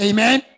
Amen